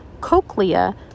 Cochlea